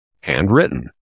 handwritten